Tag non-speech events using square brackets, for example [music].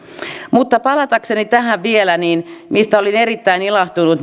mutta palatakseni tähän vielä se mistä olin erittäin ilahtunut [unintelligible]